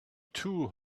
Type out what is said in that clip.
too